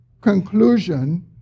conclusion